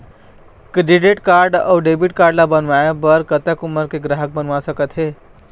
Credit card अऊ debit card ला बनवाए बर कतक उमर के ग्राहक बनवा सका थे?